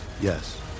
Yes